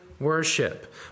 worship